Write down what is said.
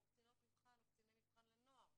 או קצינות מבחן או קציני מבחן לנוער.